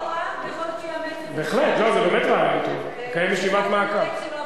זה רעיון לא רע, ויכול להיות שהוא יאמץ את זה.